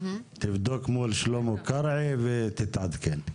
תבדוק מול שלמה קרעי ותתעדכן.